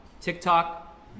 TikTok